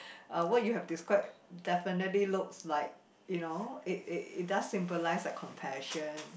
uh what you have described definitely looks like you know it it it does symbolise like compassion